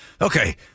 Okay